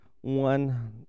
one